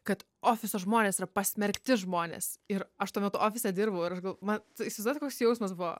kad ofiso žmonės yra pasmerkti žmonės ir aš tuo metu ofise dirbau ir aš gal mat įsivaizduojat koks jausmas buvo